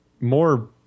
more